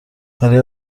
برای